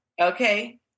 Okay